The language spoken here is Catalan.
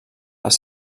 les